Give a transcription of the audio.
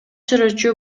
сүрөтчү